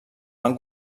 van